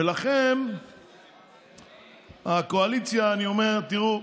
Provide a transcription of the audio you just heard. ולכן לקואליציה אני אומר: תראו,